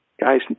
Guys